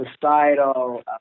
societal